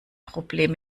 problem